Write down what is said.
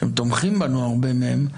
שתומכים בנו הרבה מהם,